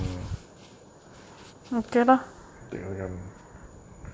mm they come